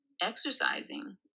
exercising